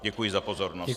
Děkuji za pozornost.